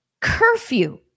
curfew